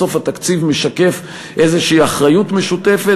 בסוף התקציב משקף איזושהי אחריות משותפת